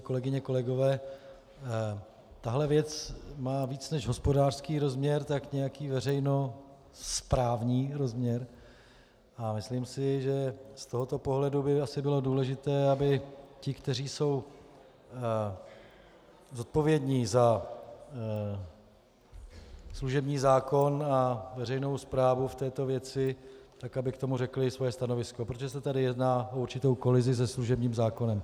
Kolegyně a kolegové, tahle věc má více než hospodářský rozměr také nějaký veřejnosprávní rozměr a myslím si, že z tohoto pohledu by asi bylo důležité, aby ti, kteří jsou zodpovědní za služební zákon a veřejnou správu v této věci, k tomu řekli svoje stanovisko, protože se tady jedná o určitou kolizi se služebním zákonem.